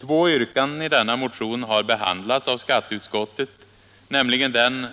Två yrkanden i denna motion har behandlats av skatteutskottet, nämligen att den